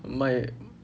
卖